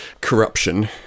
corruption